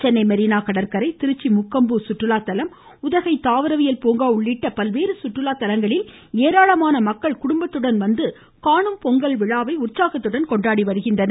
சென்னை மெரினா கடற்கரை திருச்சி முக்கொம்பு சுற்றுலா தலம் உதகை தாவரவியல் பூங்கா உள்ளிட்ட சுற்றுலா இடங்களில் ஏராளமான மக்கள் குடும்பத்துடன் வந்து காணும் பொங்கல் விழாவை உற்சாகத்துடன் கொண்டாடி வருகின்றனர்